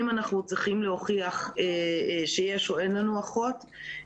אנחנו צריכים להוכיח ש'יש או אין לנו אחות.